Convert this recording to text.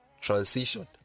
transition